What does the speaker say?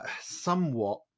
somewhat